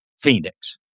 Phoenix